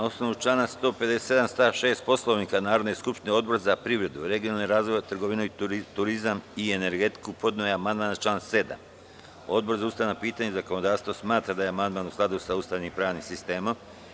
Na osnovu člana 157. stav 6. Poslovnika Narodne skupštine, Odbor za privredu, regionalni razvoj, trgovinu, turizam i energetiku podneo je amandman na član 7. Odbor za ustavna pitanja i zakonodavstvo smatra da je amandman u skladu sa Ustavom i pravnim sistemom.